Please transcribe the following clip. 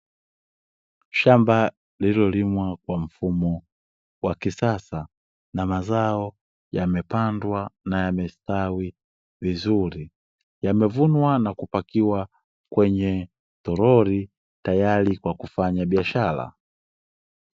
Shamba lililolimwa kwa mfumo wa kisasa, na mazao yamepandwa na yamestawi vizuri. Yamevunwa na kupakiwa kwenye toroli, tayari kwa kufanya biashara.